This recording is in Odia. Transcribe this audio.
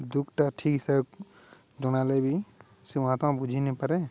ଦୁଃଖଟା ଠିକ୍ ସେ ଜଣାଲାଗି ବି ସେ ମୋତେ ବୁଝି ନାଇଁ ପାରେ